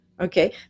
okay